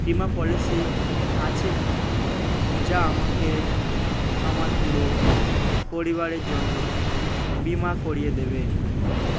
বিমা পলিসি আছে কি যা আমাকে আমার পুরো পরিবারের জন্য বিমা করিয়ে দেবে